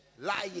lying